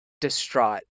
distraught